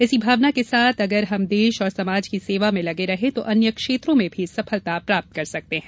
इसी भावना के साथ अगर हम देश और समाज की सेवा में लगे रहें तो अन्य क्षेत्रों में भी सफलता प्राप्त कर सकते हैं